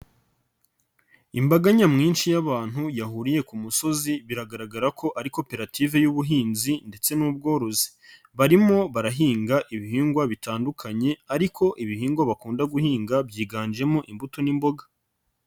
Imbaga nyamwinshi y'abantu yahuriye ku musozi, biragaragara ko ari koperative y'ubuhinzi ndetse n'ubworozi. Barimo barahinga ibihingwa bitandukanye ariko ibihingwa bakunda guhinga byiganjemo imbuto n'imboga.